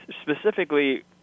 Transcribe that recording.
specifically